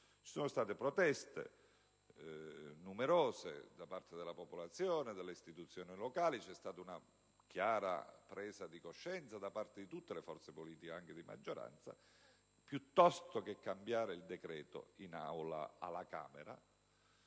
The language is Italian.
Vi sono state numerose proteste da parte della popolazione e delle istituzioni locali e una chiara presa di coscienza da parte di tutte le forze politiche, anche di maggioranza. Piuttosto che cambiare il decreto in Aula alla Camera